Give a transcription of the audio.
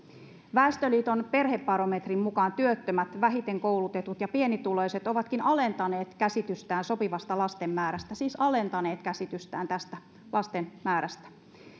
väestöliiton perhebarometrin mukaan työttömät vähiten koulutetut ja pienituloiset ovatkin alentaneet käsitystään sopivasta lasten määrästä siis alentaneet käsitystään lasten määrästä